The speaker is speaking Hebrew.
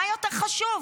מה יותר חשוב,